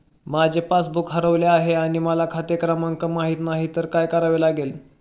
माझे पासबूक हरवले आहे आणि मला खाते क्रमांक माहित नाही तर काय करावे लागेल?